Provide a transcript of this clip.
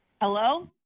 Hello